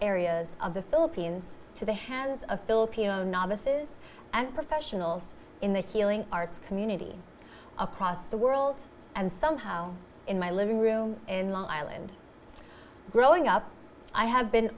areas of the philippines to the hands of filipino novices and professionals in the healing arts community across the world and somehow in my living room in long island growing up i have been